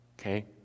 Okay